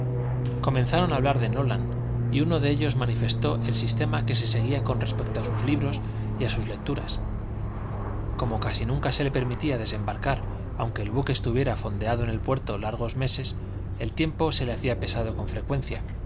comenzaron a hablar de nolan y uno de ellos manifestó el sistema que se seguía con respecto a sus libros y a sus lecturas como casi nunca se le permitía desembarcar aunque el buque estuviera fondeado en el puerto largos meses el tiempo se le hacía pesado con frecuencia